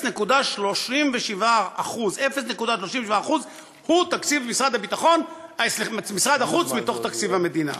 0.37% הוא תקציב משרד החוץ מתוך תקציב המדינה,